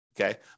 Okay